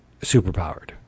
superpowered